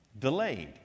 delayed